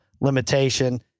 limitation